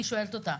אני שואלת אותה.